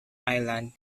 island